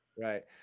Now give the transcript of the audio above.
Right